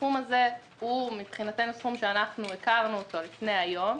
הסכום הזה הוא מבחינתנו סכום שאנחנו הכרנו אותו לפני היום,